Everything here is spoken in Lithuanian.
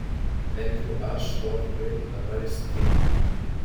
bent jau aš tuo tikrai dabar įsitikinau